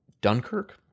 Dunkirk